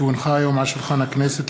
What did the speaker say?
כי הונחה היום על שולחן הכנסת,